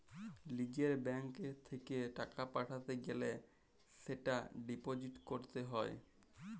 লিজের ব্যাঙ্কত এ টাকা পাঠাতে গ্যালে সেটা ডিপোজিট ক্যরত হ্য়